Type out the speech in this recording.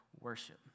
worship